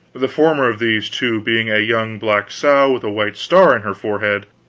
the former of these two being a young black sow with a white star in her forehead,